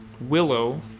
willow